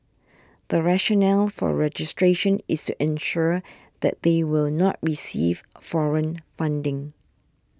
the rationale for registration is to ensure that they will not receive foreign funding